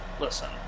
Listen